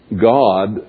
God